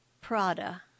Prada